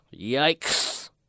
yikes